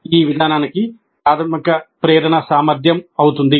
ఈ విధానానికి ప్రాథమిక ప్రేరణ సామర్థ్యం అవుతుంది